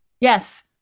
Yes